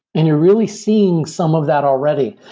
and you're really seeing some of that already.